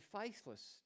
faithless